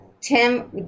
Tim